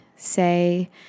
Say